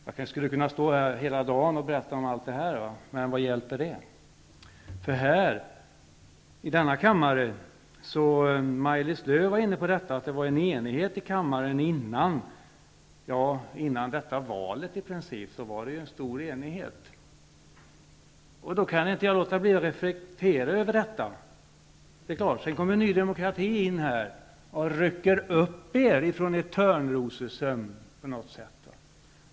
Jag skulle kunna stå här hela dagen och berätta om allt detta, men vad hjälper det. Maj-Lis Lööw var inne på att det fanns en enighet i kammaren innan. Ja, före valet fanns i princip en stor enighet. Jag kan inte låta bli att reflektera över detta. Ny demokrati kom ju in här och ryckte upp er ur er törnrosasömn.